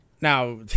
Now